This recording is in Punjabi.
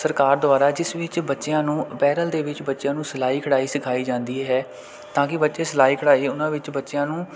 ਸਰਕਾਰ ਦੁਆਰਾ ਜਿਸ ਵਿੱਚ ਬੱਚਿਆਂ ਨੂੰ ਅਪੈਰਲ ਦੇ ਵਿੱਚ ਬੱਚਿਆਂ ਨੂੰ ਸਿਲਾਈ ਕਢਾਈ ਸਿਖਾਈ ਜਾਂਦੀ ਹੈ ਤਾਂ ਕਿ ਬੱਚੇ ਸਿਲਾਈ ਕਢਾਈ ਉਹਨਾਂ ਵਿੱਚ ਬੱਚਿਆਂ ਨੂੰ